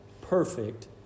perfect